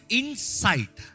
insight